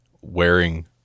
wearing